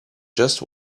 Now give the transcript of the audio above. just